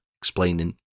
explaining